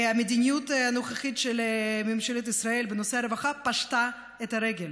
המדיניות הנוכחית של ממשלת ישראל בנושא הרווחה פשטה את הרגל.